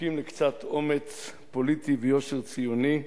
הזקוקים לקצת אומץ פוליטי ויושר ציוני.